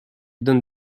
donne